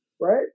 Right